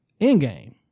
Endgame